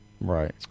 Right